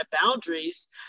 boundaries